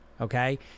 okay